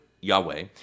Yahweh